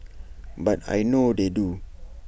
but I know they do